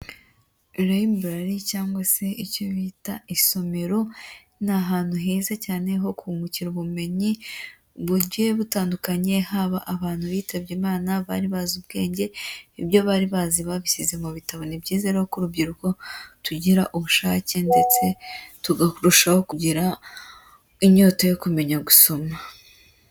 Library cyangwa se icyo bita isomero, ni ahantu heza cyane ho kungukira ubumenyi bugiye butandukanye, haba abantu bitabye imana bari bazi ubwenge, ibyo bari bazi babishyize mu bitabo, ni byiza ko urubyiruko tugira ubushake ndetse tukarushaho kugira inyota yo kumenya gusoma.